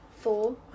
four